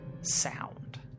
sound